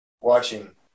watching